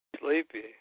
Sleepy